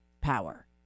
power